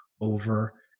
over